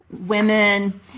women